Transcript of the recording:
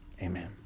amen